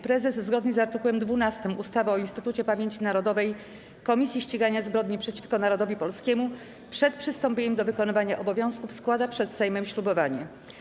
Prezes, zgodnie z art. 12 ustawy o Instytucie Pamięci Narodowej - Komisji Ścigania Zbrodni przeciwko Narodowi Polskiemu, przed przystąpieniem do wykonywania obowiązków składa przed Sejmem ślubowanie.